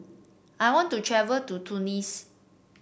I want to travel to Tunis